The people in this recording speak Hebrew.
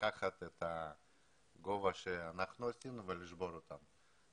לקחת את הגובה שאנחנו עשינו ולשנות את זה.